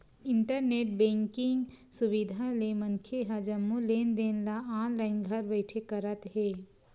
internet banking सुबिधा ले मनखे ह जम्मो लेन देन ल ऑनलाईन घर बइठे करत हे